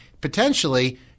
potentially